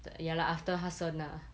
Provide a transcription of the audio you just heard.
ya lah after 她生 lah